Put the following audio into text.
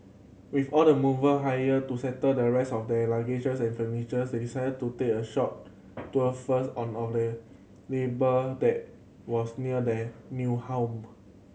with all the mover hired to settle the rest of their luggage's and furniture's they decided to take a short tour first on of the neighbour that was near their new home